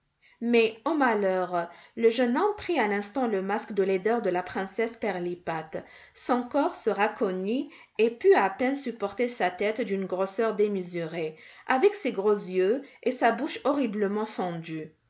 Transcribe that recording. mais ô malheur le jeune homme prit à l'instant le masque de laideur de la princesse pirlipat son corps se racornit et put à peine supporter sa tête d'une grosseur démesurée avec ses gros yeux et sa bouche horriblement fendue